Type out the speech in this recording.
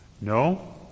No